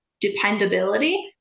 dependability